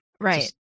right